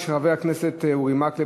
של חברי הכנסת אורי מקלב,